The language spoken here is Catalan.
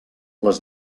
les